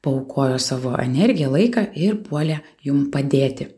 paaukojo savo energiją laiką ir puolė jum padėti